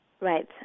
Right